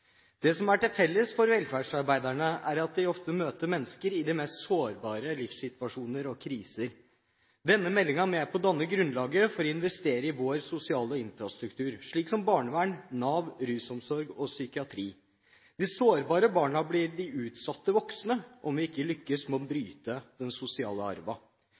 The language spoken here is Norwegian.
mulig. Det som er felles for velferdsarbeiderne, er at de ofte møter mennesker i de mest sårbare livssituasjoner og -kriser. Denne meldingen er med på å danne grunnlaget for å investere i vår sosiale infrastruktur, slik som barnevern, rusomsorg og psykiatri. De sårbare barna blir de utsatte voksne om vi ikke lykkes med å bryte den sosiale